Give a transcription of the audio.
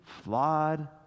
flawed